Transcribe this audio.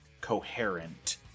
coherent